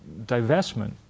divestment